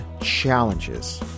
challenges